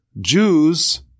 Jews